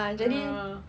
ah